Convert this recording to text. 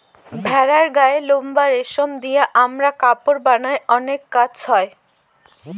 ভেড়ার গায়ের লোম বা রেশম দিয়ে আমরা কাপড় বানায় অনেক কাজ হয়